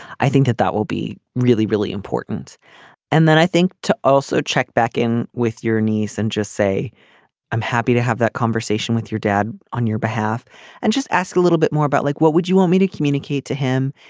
i think that that will be really really important and then i think to also check back in with your niece and just say i'm happy to have that conversation with your dad on your behalf and just ask a little bit more about like what would you want me to communicate to him.